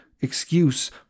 excuse